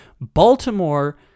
Baltimore